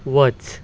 वच